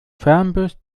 fernbus